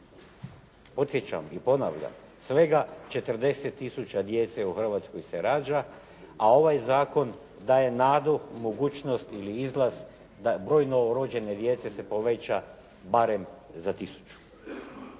Podsjećam i ponavljam svega 40 tisuća djece u Hrvatskoj se rađa, a ovaj zakon daje nadu u mogućnost ili izlaz da broj novorođene djece se poveća barem za 1000.